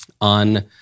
On